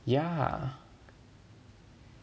ya